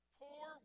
poor